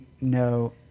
no